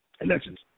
elections